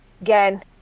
Again